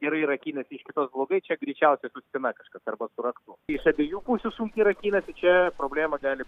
gerai rakinasi iš kitos blogai čia greičiausia su spyna kažkas arba su raktu iš abiejų pusių sunkiai rakinasi čia problema gali